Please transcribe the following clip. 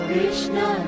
Krishna